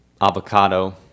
Avocado